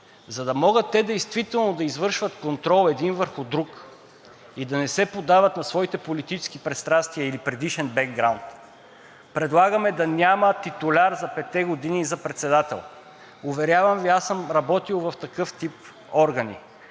те действително да извършват контрол един върху друг и да не се поддават на своите политически пристрастия или предишен бекграунд, предлагаме да няма титуляр за председател за петте години. Уверявам Ви, аз съм работил в такъв орган.